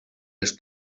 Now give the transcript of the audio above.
les